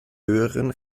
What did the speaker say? höheren